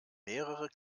mehrere